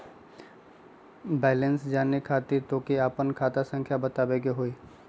Balance जाने खातिर तोह के आपन खाता संख्या बतावे के होइ?